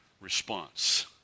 response